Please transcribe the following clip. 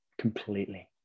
completely